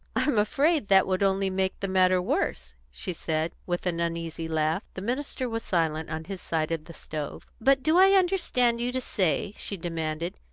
i'm afraid that would only make the matter worse, she said, with an uneasy laugh. the minister was silent on his side of the stove. but do i understand you to say, she demanded,